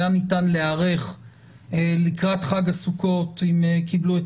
היה ניתן להיערך לקראת חג הסוכות אם קיבלו את